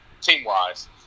team-wise